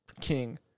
king